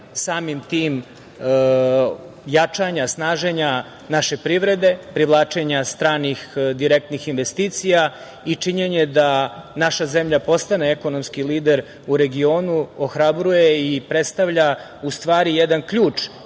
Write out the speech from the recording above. samim tim jačanja, snaženja naše privrede, privlačenja stranih direktnih investicija i činjenje da naša zemlja postane ekonomski lider u regionu, ohrabruje i predstavlja, u stvari jedan ključ